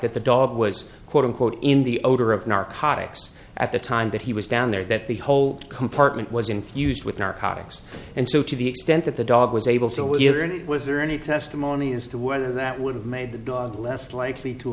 that the dog was quote unquote in the odor of narcotics at the time that he was down there that the whole compartment was infused with narcotics and so to the extent that the dog was able to with the other and it was there any testimony as to whether that would have made the dog less likely to